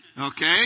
Okay